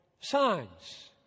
signs